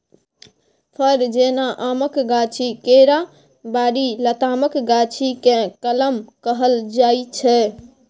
फर जेना आमक गाछी, केराबारी, लतामक गाछी केँ कलम कहल जाइ छै